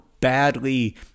badly